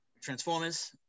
transformers